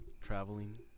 Traveling